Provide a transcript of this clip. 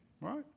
right